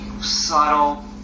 subtle